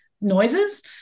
noises